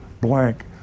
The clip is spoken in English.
blank